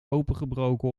opengebroken